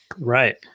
Right